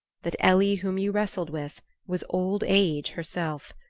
that ellie whom you wrestled with was old age herself.